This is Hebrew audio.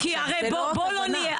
זו לא הכוונה.